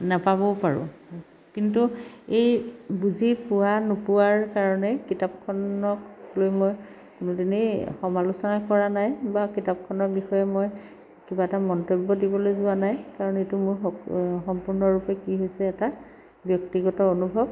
নাপাবও পাৰোঁ কিন্তু এই বুজি পোৱা নোপোৱাৰ কাৰণেই কিতাপখনক লৈ মই কোনোদিনেই সমালোচনা কৰা নাই বা কিতাপখনৰ বিষয়ে মই কিবা এটা মন্তব্য দিবলৈ যোৱা নাই কাৰণ এইটো মোৰ সম্পূৰ্ণৰূপে কি হৈছে এটা ব্যক্তিগত অনুভৱ